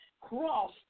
Cross